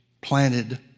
planted